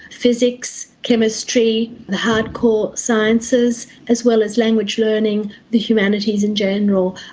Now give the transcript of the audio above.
physics, chemistry, the hard-core sciences, as well as language learning, the humanities in general,